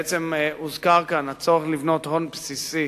בעצם הוזכר כאן הצורך לבנות כאן הון בסיסי,